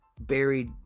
buried